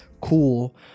cool